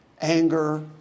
Anger